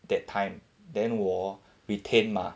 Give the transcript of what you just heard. that time then 我 retained mah